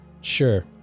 Sure